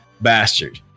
bastard